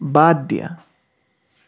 বাদ দিয়া